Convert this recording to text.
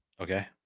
Okay